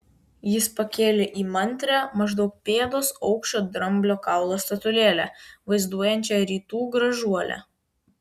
jis pakėlė įmantrią maždaug pėdos aukščio dramblio kaulo statulėlę vaizduojančią rytų gražuolę